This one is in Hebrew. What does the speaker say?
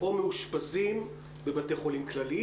אני מתכבד לפתוח את הישיבה של הוועדה המיוחדת לחינוך בכנסת.